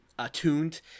attuned